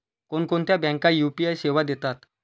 कोणकोणत्या बँका यू.पी.आय सेवा देतात?